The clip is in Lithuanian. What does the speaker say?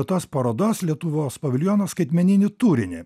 tos parodos lietuvos paviljono skaitmeninį turinį